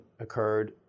occurred